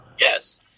yes